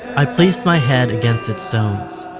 i placed my head against its stones,